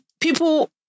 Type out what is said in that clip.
people